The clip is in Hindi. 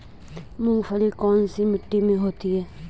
मूंगफली कौन सी मिट्टी में होती है?